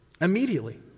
Immediately